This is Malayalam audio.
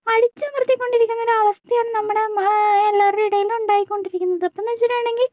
അടിച്ചമർത്തിക്കൊണ്ടിരിക്കുന്നൊരാവസ്ഥയാണ് നമ്മുടെ എല്ലാവരുടെയും ഇടേല് ഉണ്ടായിക്കൊണ്ടിരിക്കുന്നത് അപ്പൊന്നു വെച്ചിട്ടുണ്ടെങ്കിൽ